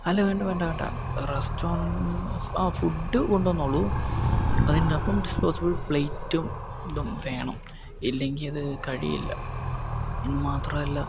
അല്ല വേണ്ട വേണ്ട വേണ്ട റെസ്റ്റോറന്റ് ആ ഫുഡ് കൊണ്ട് വന്നോളൂ അതിൻ്റെ ഒപ്പം ഡിസ്പോസിബിൾ പ്ലേറ്റും ഇതും വേണം ഇല്ലെങ്കിൽ അത് കഴിയില്ല എന്ന് മാത്രല്ല